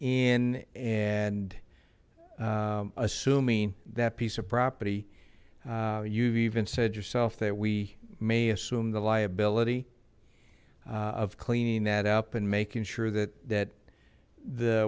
in and assuming that piece of property you've even said yourself that we may assume the liability of cleaning that up and making sure that that the